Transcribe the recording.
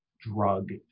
drug